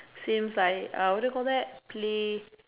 seems like uh what do you call that play